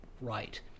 right